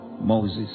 Moses